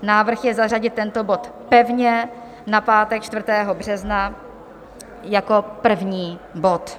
Návrh je zařadit tento bod pevně na pátek 4. března jako první bod.